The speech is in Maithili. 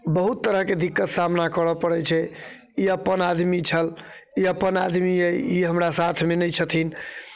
बहुत तरहके दिक्कतके सामना करऽ पड़ैत छै ई अपन आदमी छल ई अपन आदमी अइ ई हमरा साथमे नहि छथिन